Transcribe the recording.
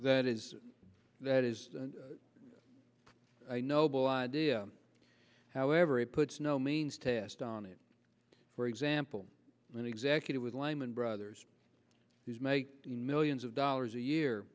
that is that is a noble idea however a puts no means test on it for example an executive with lemon brothers does make millions of dollars a year